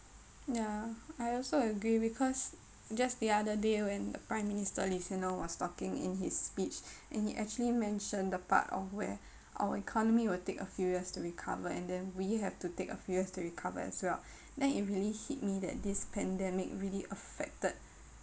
ya I also agree because just the other day when the prime minister lee hsien loong was talking in his speech and he actually mentioned the part of where our economy will take a few years to recover and then we have to take a few years to recover as well then it really hit me that this pandemic really affected